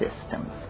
systems